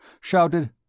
shouted